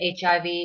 HIV